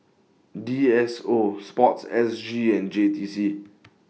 D S O Sports S G and J T C